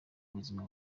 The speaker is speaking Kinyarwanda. buzima